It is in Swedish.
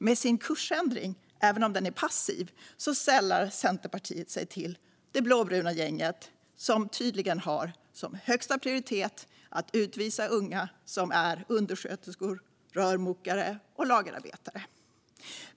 Med sin kursändring, även om den är passiv, sällar Centerpartiet sig till det blåbruna gänget som tydligen har som högsta prioritet att utvisa unga som är undersköterskor, rörmokare och lagerarbetare.